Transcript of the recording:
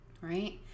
right